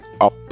up